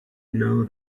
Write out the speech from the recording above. know